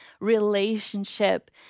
relationship